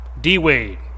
D-Wade